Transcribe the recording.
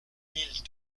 mille